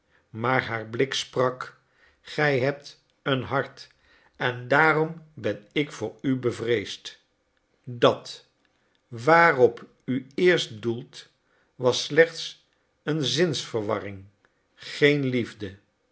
maar haar blik sprak gij hebt een hart en daarom ben ik voor u bevreesd dat waarop u eerst doeldet was slechts een zinsverwarring geen liefde